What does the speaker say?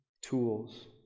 tools